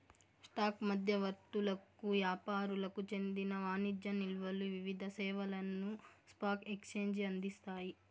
stock మధ్యవర్తులకు యాపారులకు చెందిన వాణిజ్య నిల్వలు వివిధ సేవలను స్పాక్ ఎక్సేంజికి అందిస్తాయి